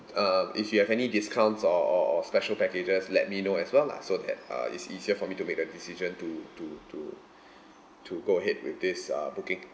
uh if you have any discounts or or or special packages let me know as well lah so that uh it's easier for me to make a decision to to to to go ahead with this uh booking